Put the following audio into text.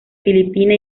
filipina